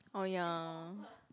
oh ya